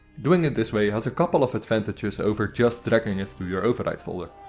doing it this way has a couple of advantages over just dragging it to your override folder.